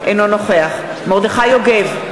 אינו נוכח מרדכי יוגב,